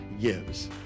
gives